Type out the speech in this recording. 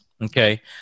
Okay